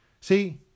See